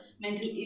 mental